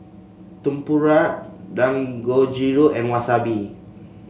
Tempura Dangojiru and Wasabi